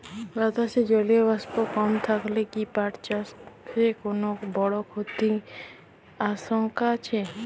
বাতাসে জলীয় বাষ্প কম থাকলে কি পাট চাষে কোনো বড় ক্ষতির আশঙ্কা আছে?